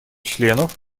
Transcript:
членов